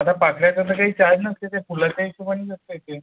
आता पाकळ्या त्याला काही चार्ज नसते ते फुलाच्या हिशोबाने धरता येतील